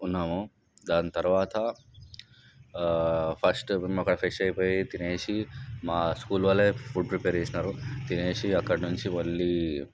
ఉన్నాము దాని తర్వాత ఫస్ట్ మేము అక్కడ ఫ్రెష్ అయిపోయి తిని మా స్కూల్ వాళ్ళే ఫుడ్ ప్రిపేర్ చేసినారు తిని అక్కడి నుంచి మళ్ళీ